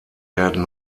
werden